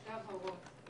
שתי הבהרות.